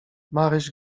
maryś